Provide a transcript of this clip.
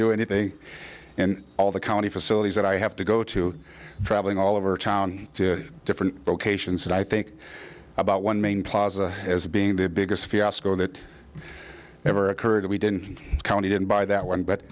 do anything and all the county facilities that i have to go to traveling all over town to different locations and i think about one main plaza as being the biggest fiasco that ever occurred we didn't county didn't buy that one but